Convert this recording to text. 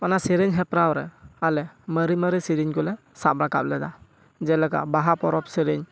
ᱚᱱᱟ ᱥᱮᱨᱮᱧ ᱦᱮᱯᱨᱟᱣ ᱨᱮ ᱟᱞᱮ ᱢᱟᱨᱮᱼᱢᱟᱨᱮ ᱥᱮᱨᱮᱧ ᱠᱚᱞᱮ ᱥᱟᱵ ᱨᱟᱠᱟᱵ ᱞᱮᱫᱟ ᱡᱮᱞᱟᱠᱟ ᱵᱟᱦᱟ ᱯᱚᱨᱚᱵᱽ ᱥᱮᱨᱮᱧ